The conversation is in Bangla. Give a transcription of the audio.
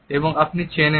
এবং আপনি চেনেন